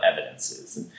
evidences